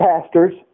pastors